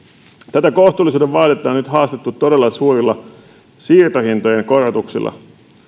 tätä kohtuullisuuden vaadetta on nyt haastettu todella suurilla siirtohintojen korotuksilla